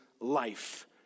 life